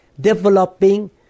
developing